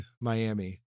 Miami